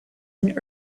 and